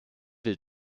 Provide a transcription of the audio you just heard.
will